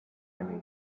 emmy